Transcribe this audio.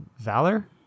Valor